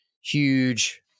huge